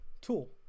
tool